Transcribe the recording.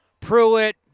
Pruitt